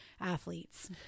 athletes